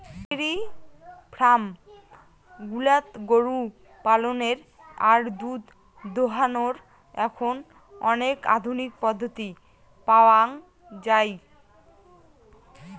diary farm গুলাত গরু পালনের আর দুধ দোহানোর এখন অনেক আধুনিক পদ্ধতি পাওয়াঙ যাই